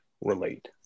relate